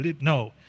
No